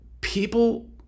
people